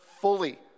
fully